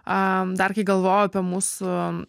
a dar kai galvojau apie mūsų